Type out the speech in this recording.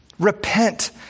Repent